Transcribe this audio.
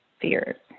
fears